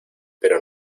pero